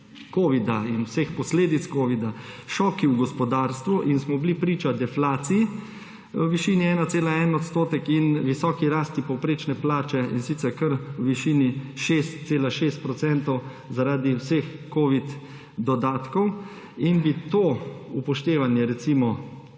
in vseh posledic covida šoki v gospodarstvu in smo bili priča deflaciji v višini 1,1 % in visoki rasti povprečne plače, in sicer kar v višini 6,6 % zaradi vseh covid dodatkov. Upoštevanje te